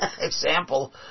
example